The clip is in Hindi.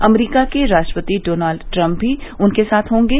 अमरीका के राष्ट्रपति डॉनल्ड ट्रम्प भी उनके साथ होंगे